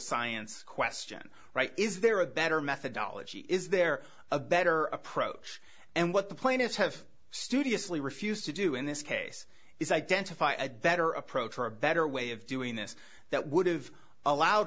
science question is there a better methodology is there a better approach and what the plaintiffs have studiously refused to do in this case is identify a better approach or a better way of doing this that would have allowed